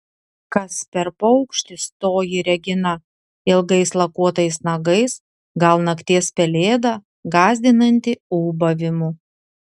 kas per paukštis toji regina ilgais lakuotais nagais gal nakties pelėda gąsdinanti ūbavimu